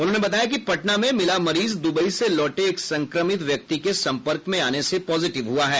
उन्होंने बताया कि पटना में मिला मरीज दुबई से लौटे एक संक्रमित व्यक्ति के संपर्क में आने से पॉजिटिव हुआ है